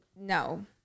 No